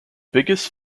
biggest